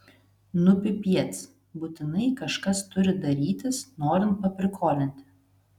nu pipiec būtinai kažkas turi darytis norint paprikolinti